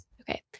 Okay